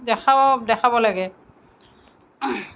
দেখাব দেখাব লাগে